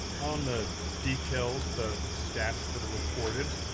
on the details, the stats that are reported,